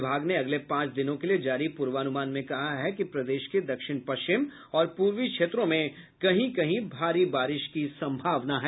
विभाग ने अगले पांच दिनों के लिए जारी पूर्वानुमान में कहा है कि प्रदेश के दक्षिण पश्चिम और पूर्वी क्षेत्रों में कहीं कहीं भारी बारिश की संभावना है